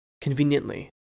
conveniently